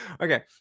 Okay